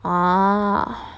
oh